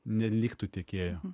neliktų tiekėjo